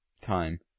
time